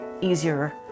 easier